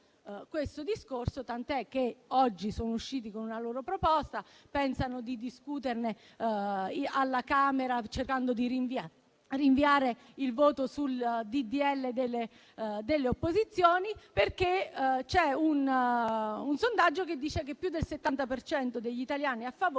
questo discorso, tant'è che oggi hanno avanzato una loro proposta e pensano di discuterne alla Camera, cercando di rinviare il voto sul disegno di legge delle opposizioni, perché c'è un sondaggio che dice che più del 70 per cento degli italiani è a favore,